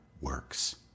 works